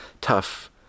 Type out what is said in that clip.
tough